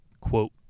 Quote